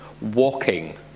Walking